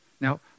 Now